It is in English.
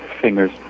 fingers